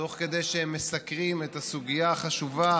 תוך כדי שהם מסקרים את הסוגיה החשובה